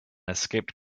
escaped